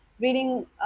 reading